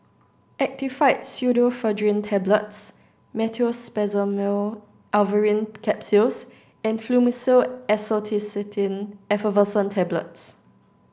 Actifed Pseudoephedrine Tablets Meteospasmyl Alverine Capsules and Fluimucil Acetylcysteine Effervescent Tablets